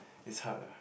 it's hard lah